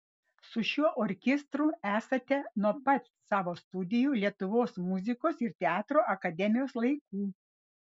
su šiuo orkestru esate nuo pat savo studijų lietuvos muzikos ir teatro akademijoje laikų